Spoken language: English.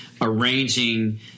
arranging